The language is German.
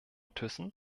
thyssen